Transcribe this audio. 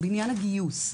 ובעניין הגיוס,